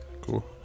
Cool